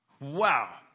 Wow